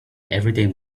everything